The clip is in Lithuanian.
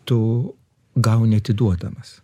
tu gauni atiduodamas